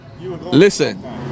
Listen